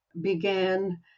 began